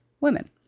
Women